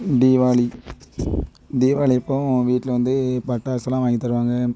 தீபாவளி தீபாவளி அப்போது வீட்டில வந்து பட்டாசெலாம் வாங்கி தருவாங்க